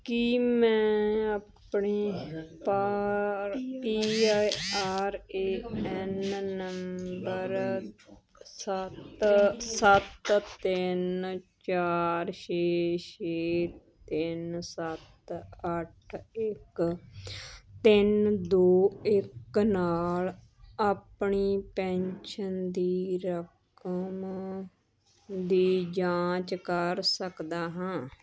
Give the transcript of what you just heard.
ਕੀ ਮੈਂ ਆਪਣੀ ਪਾ P I R A N ਨੰਬਰ ਸੱਤ ਸੱਤ ਤਿੰਨ ਚਾਰ ਛੇ ਛੇ ਤਿੰਨ ਸੱਤ ਅੱਠ ਇੱਕ ਤਿੰਨ ਦੋ ਇੱਕ ਨਾਲ ਆਪਣੀ ਪੈਨਸ਼ਨ ਦੀ ਰਕਮ ਦੀ ਜਾਂਚ ਕਰ ਸਕਦਾ ਹਾਂ